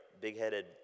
big-headed